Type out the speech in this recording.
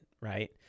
Right